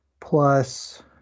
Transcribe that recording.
plus